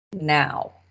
now